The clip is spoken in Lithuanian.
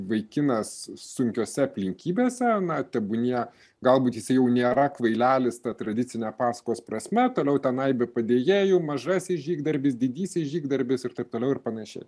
vaikinas sunkiose aplinkybėse na tebūnie galbūt jisai jau nėra kvailelis ta tradicine pasakos prasme toliau tenai be padėjėjų mažasis žygdarbis didysis žygdarbis ir taip toliau ir panašiai